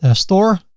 ah store.